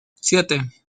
siete